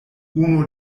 unu